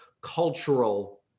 cultural